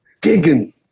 digging